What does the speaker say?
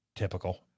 Typical